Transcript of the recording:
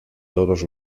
todos